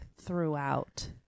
throughout